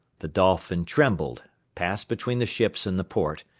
the dolphin trembled, passed between the ships in the port,